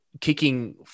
kicking